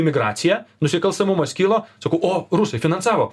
imigracija nusikalstamumas kilo sakau o rusai finansavo